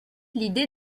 l’idée